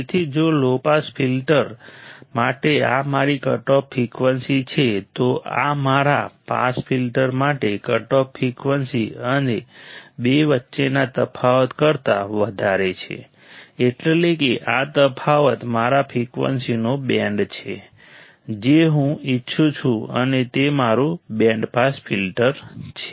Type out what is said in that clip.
તેથી જો low pass filter માટે આ મારી કટઓફ ફ્રિકવન્સી છે તો આ મારા પાસ ફિલ્ટર માટે કટઓફ ફ્રિકવન્સી અને બે વચ્ચેના તફાવત કરતાં વધારે છે એટલે કે આ તફાવત મારા ફ્રિકવન્સીનો બેન્ડ છે જે હું ઈચ્છું છું અને તે મારું બેન્ડ પાસ ફિલ્ટર છે